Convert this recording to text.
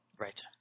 Right